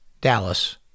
Dallas